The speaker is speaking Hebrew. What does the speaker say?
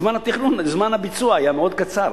זמן הביצוע היה מאוד קצר,